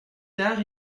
tard